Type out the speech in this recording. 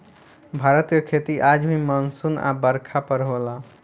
भारत के खेती आज भी मानसून आ बरखा पर होला